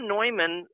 Neumann